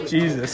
Jesus